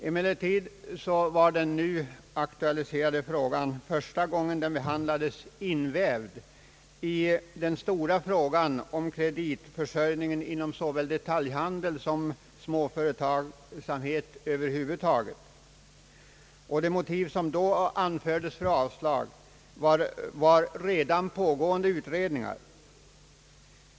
Emellertid var den nu aktualiserade frågan första gången den behandlades invävd i den stora frågan om kreditförsörjningen inom såväl detaljhandel som småföretagsamhet över huvud taget, och de motiv som då anfördes för avslag var redan pågående utredningar.